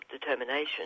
determination